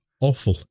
awful